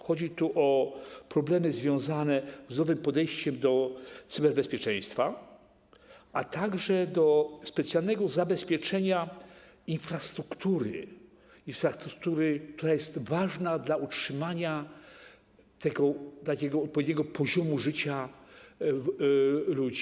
Chodzi tu o problemy związane z nowym podejściem do cyberbezpieczeństwa, a także do specjalnego zabezpieczenia infrastruktury, infrastruktury, która jest ważna dla utrzymania tego odpowiedniego poziomu życia ludzi.